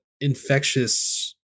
infectious